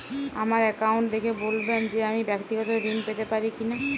আমার অ্যাকাউন্ট দেখে বলবেন যে আমি ব্যাক্তিগত ঋণ পেতে পারি কি না?